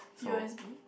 p_o_s_b